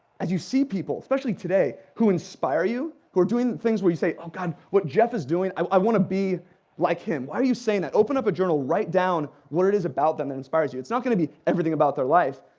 as you see people, especially today, who inspire you, who are doing things where you say oh god, what jeff is doing, i want to be like him. why are you saying that? open up a journal. write down what it is about them that inspires you. it's not going to be everything about their life,